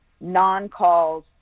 Non-calls